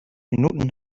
minuten